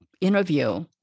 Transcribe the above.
interview